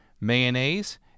mayonnaise